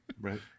Right